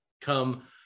come